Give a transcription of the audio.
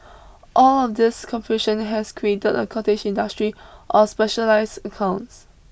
all of this confusion has created a cottage industry of specialised accounts